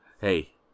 hey